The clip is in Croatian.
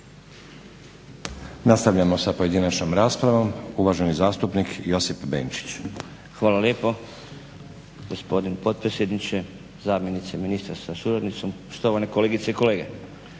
Nastavljamo sa pojedinačnom raspravom. Uvaženi zastupnik Josip Benčić. **Benčić, Josip (SDP)** Hvala lijepo. Gospodine potpredsjedniče, gospođo zamjenice ministra sa suradnicom, štovane kolegice i kolege.